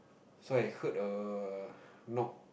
so I heard a knock